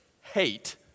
hate